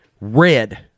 red